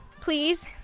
please